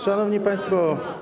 Szanowni Państwo!